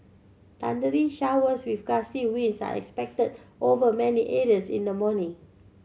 thundery showers with gusty winds are expected over many areas in the morning